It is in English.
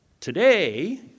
Today